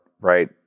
right